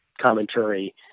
commentary